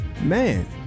man